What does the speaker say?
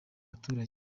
abaturage